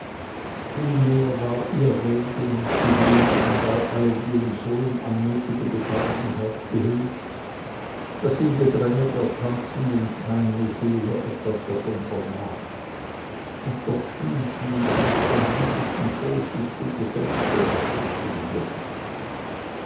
vielmehr war ihr regen und bewegen bei alledem so in anmutige bescheidenheit gehüllt daß in dem gedränge der tanzenden keine seele etwas davon wahrnahm und doch schien sie nicht der mindesten vorsicht oder selbstbeherrschung zu bedürfen